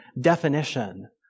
definition